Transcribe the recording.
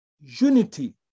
unity